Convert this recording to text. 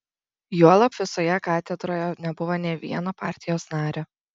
juolab visoje katedroje nebuvo nė vieno partijos nario